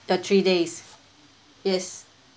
the three days yes